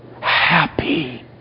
happy